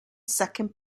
second